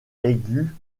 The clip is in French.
aigu